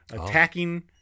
Attacking